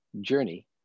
journey